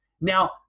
Now